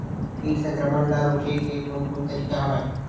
कीट संक्रमण ल रोके के कोन कोन तरीका हवय?